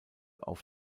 auf